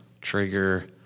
trigger